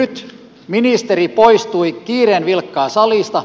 nyt ministeri poistui kiireen vilkkaa salista